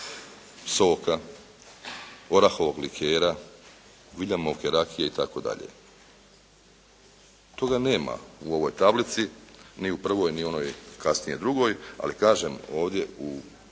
soka, orahovog likera, viljemovke rakije i tako dalje. Toga nema u ovoj tablici ni u prvoj ni u onoj kasnije drugoj, ali kažem ovdje u